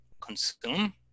consume